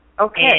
Okay